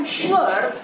sure